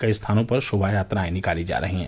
कई स्थानों पर शोभायात्राए निकाली जा रही हैं